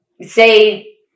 say